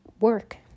Work